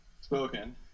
Spoken